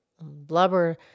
Blubber